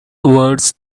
words